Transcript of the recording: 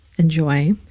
enjoy